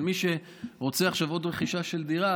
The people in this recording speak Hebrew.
אבל מי שרוצה עכשיו עוד רכישה של דירה,